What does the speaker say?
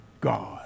God